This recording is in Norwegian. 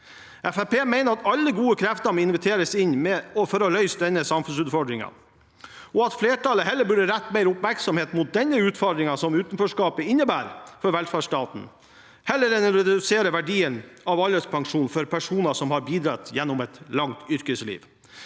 mener at alle gode krefter må inviteres med for å løse den samfunnsutfordringen, og at flertallet burde rette mer oppmerksomhet mot den utfordringen som utenforskapet innebærer for velferdsstaten, heller enn å redusere verdien av alderspensjonen for personer som har bidratt gjennom et langt yrkesliv.